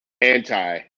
anti